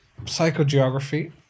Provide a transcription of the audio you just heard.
psychogeography